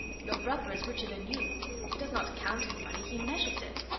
your brother is richer than you. he does not count his money, he measures it.